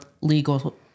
legal